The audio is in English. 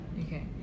Okay